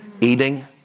eating